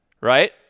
right